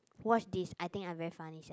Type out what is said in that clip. watch this I think I very funny sia